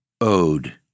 Ode